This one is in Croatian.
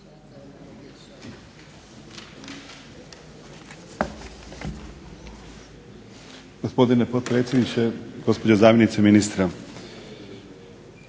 Hvala vam